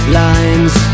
lines